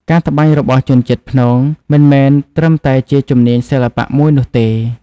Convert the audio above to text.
ការត្បាញរបស់ជនជាតិព្នងមិនមែនត្រឹមតែជាជំនាញសិល្បៈមួយនោះទេ។